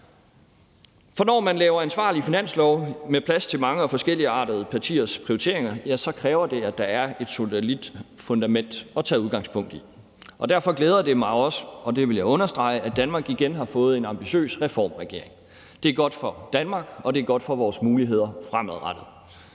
For når man laver et ansvarligt finanslovsforslag med plads til mange og forskelligartede partiers prioriteringer, kræver det, at der er et solidt fundament at tage udgangspunkt i. Derfor glæder det mig også, og det vil jeg understrege, at Danmark igen har fået en ambitiøs reformregering. Det er godt for Danmark, det er godt for vores muligheder fremadrettet,